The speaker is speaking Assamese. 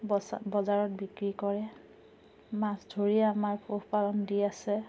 বছা বজাৰত বিক্ৰী কৰে মাছ ধৰিয়েই আমাৰ পোহপালন দি আছে